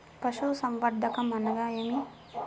పశుసంవర్ధకం అనగా ఏమి?